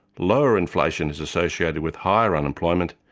lower inflation is associated with higher unemployment,